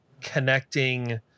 connecting